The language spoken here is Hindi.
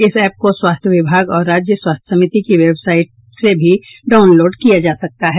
इस एप को स्वास्थ्य विभाग और राज्य स्वास्थ्य समिति की वेबसाईट से भी लाउनलोड किया जा सकता है